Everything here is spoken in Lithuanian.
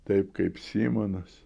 taip kaip simonas